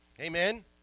Amen